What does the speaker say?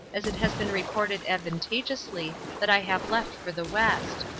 as it has been reported advantageously that i have left for the west.